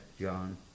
John